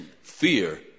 fear